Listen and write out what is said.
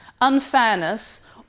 unfairness